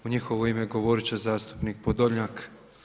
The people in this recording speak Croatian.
U njihovo ime govoriti će zastupnik Podolnjak.